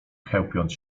chełpiąc